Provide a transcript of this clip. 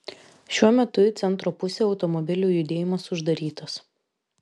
šiuo metu į centro pusę automobilių judėjimas uždarytas